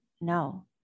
No